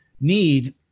need